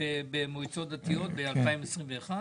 למועצות דתיות ב-2021?